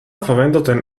verwendeten